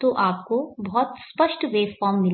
तो आपको बहुत स्पष्ट वेवफॉर्म्स मिलेंगी